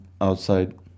outside